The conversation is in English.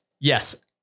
Yes